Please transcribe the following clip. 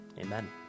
Amen